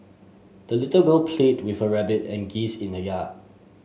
the little girl played with her rabbit and geese in the yard